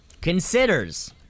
Considers